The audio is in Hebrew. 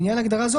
לעניין הגדרה זו,